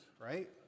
right